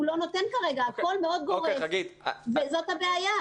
הוא לא נותן כרגע, הכול מאוד גורף, וזו הבעיה.